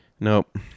nope